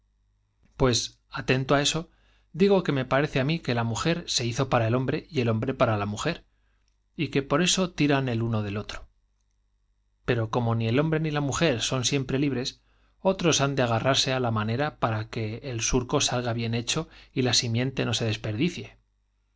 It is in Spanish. pues j atento á eso digo que me parece á mí que la mujer se hizo para el hombre y el hombre tiran el uno del otro par a la mujer y que por eso pero como ni el hombre ni la mujer son siempre libres otros han de agarrarse á la mancera para que el surco salga hien hecho y la simiente no se desper